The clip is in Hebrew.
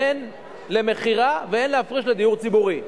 הן למכירה, והן להפריש לדיור ציבורי.